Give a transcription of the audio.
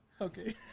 okay